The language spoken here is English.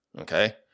okay